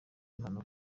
mpanuka